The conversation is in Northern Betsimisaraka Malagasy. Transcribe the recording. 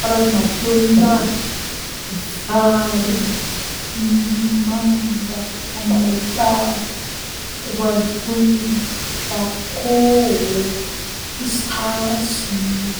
Karazagna vôn-draha: vary, manga am-bazaha, voanjobory, zarikô, pistasy-y,